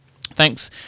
Thanks